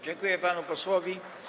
Dziękuję panu posłowi.